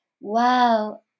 wow